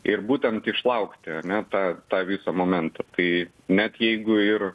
ir būtent išlaukti ar ne tą tą visą momentą tai net jeigu ir